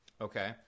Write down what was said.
Okay